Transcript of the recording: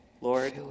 Lord